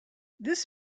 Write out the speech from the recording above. this